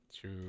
True